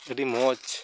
ᱟᱹᱰᱤ ᱢᱚᱡᱽ